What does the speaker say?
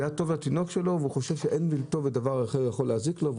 לטובת התינוק שלו והוא חושב שדבר אחר יכול להזיק לו,